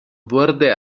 wurde